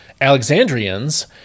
Alexandrians